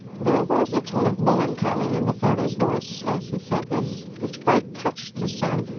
there was a tone of melancholy in the father's voice as he said this which quite touched his son,